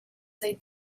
zei